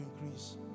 increase